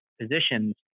positions